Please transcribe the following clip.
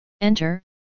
Enter